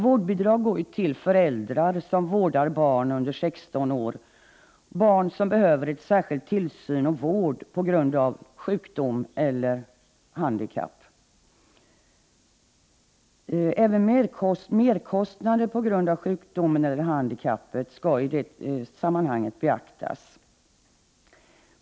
Vårdbidrag utgår till föräldrar som vårdar barn under 16 år, barn som behöver särskild tillsyn och vård på grund av sjukdom eller handikapp. Även merkostnader på grund av sjukdomen eller handikappet skall i det sammanhanget beaktas.